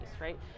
right